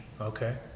Okay